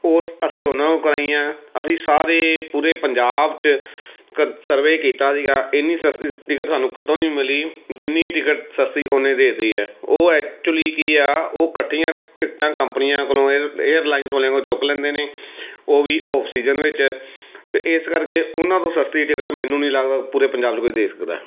ਉਸ ਅਸੀਂ ਉਹਨਾਂ ਕੋਲੋਂ ਕਰਵਾਈਆਂ ਅਸੀਂ ਸਾਰੇ ਪੂਰੇ ਪੰਜਾਬ 'ਚ ਕ ਸਰਵੇ ਕੀਤਾ ਸੀਗਾ ਇੰਨੀ ਸਸਤੀ ਟਿਕਟ ਸਾਨੂੰ ਕਿਤੋਂ ਨਹੀਂ ਮਿਲੀ ਜਿੰਨੀ ਟਿਕਟ ਸਸਤੀ ਉਹਨੇ ਦੇ ਦਿੱਤੀ ਹੈ ਉਹ ਐਕਚੁਲੀ ਕੀ ਆ ਉਹ ਇਕੱਠੀਆਂ ਟਿਕਟਾਂ ਕੰਪਨੀਆਂ ਕੋਲੋਂ ਏਅ ਏਅਰਲਾਈਨਸ ਵਾਲਿਆਂ ਕੋੋਲੋਂ ਚੁੱਕ ਲੈਂਦੇ ਨੇ ਉਹ ਵੀ ਓਫ ਸੀਜਨ ਵਿੱਚ ਅਤੇ ਇਸ ਕਰਕੇ ਉਹਨਾਂ ਤੋਂ ਸਸਤੀ ਟਿਕਟ ਮੈਨੂੰ ਨਹੀਂ ਲੱਗਦਾ ਪੂਰੇ ਪੰਜਾਬ ਕੋਈ ਦੇ ਸਕਦਾ ਹੈ